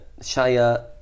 Shia